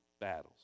battles